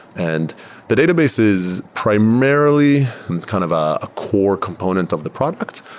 and the database is primarily kind of a core component of the product,